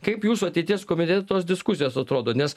kaip jūsų ateities komite tos diskusijos atrodo nes